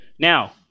Now